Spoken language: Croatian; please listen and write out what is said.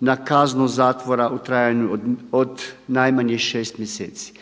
na kaznu zatvora u trajanju od najmanje 6 mjeseci.